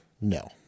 No